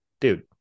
dude